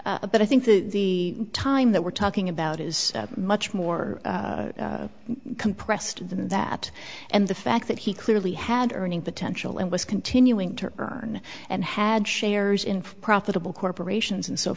s but i think the time that we're talking about is much more compressed than that and the fact that he clearly had earning potential and was continuing to earn and had shares in profitable corporations and so